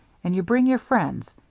and you bring your friends,